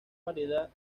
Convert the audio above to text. variedad